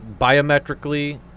Biometrically